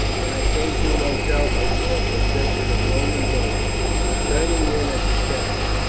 when i came to myself i saw a procession of roman boats turning in at the channel.